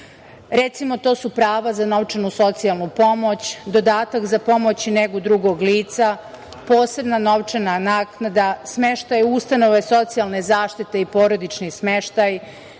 Recimo, to su prava za novčanu socijalnu pomoć, dodatak za pomoć i negu drugog lica, posebna novčana naknada, smeštaj u ustanove socijalne zaštite i porodični smeštaj,